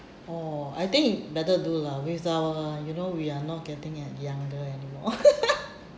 oh I think you better do lah with the you know we are not getting a~ younger anymore